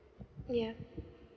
yeah